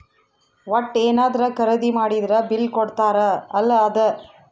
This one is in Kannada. ವಟ್ಟ ಯೆನದ್ರ ಖರೀದಿ ಮಾಡಿದ್ರ ಬಿಲ್ ಕೋಡ್ತಾರ ಅಲ ಅದ